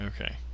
Okay